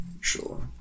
Sure